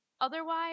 Otherwise